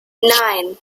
nine